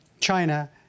China